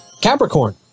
Capricorn